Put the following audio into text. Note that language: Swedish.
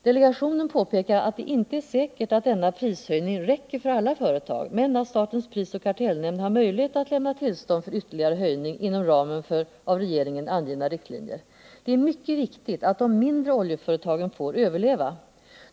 Delegationen påpekar att det inte är säkert att denna prishöjning räcker för alla företag men att statens prisoch kartellnämnd har möjlighet att lämna tillstånd för ytterligare höjning inom ramen för av regeringen angivna riktlinjer. Det är mycket viktigt att de mindre oljeföretagen får överleva.